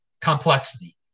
complexity